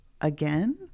again